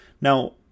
Now